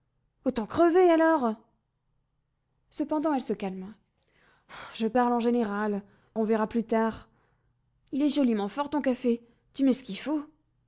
autant crever alors cependant elle se calma je parle en général on verra plus tard il est joliment fort ton café tu mets ce qu'il faut